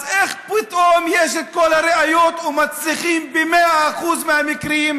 אז איך פתאום יש כל הראיות ומצליחים ב-100% מהמקרים?